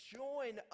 join